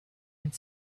had